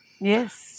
Yes